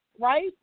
right